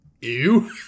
ew